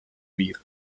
beer